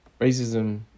Racism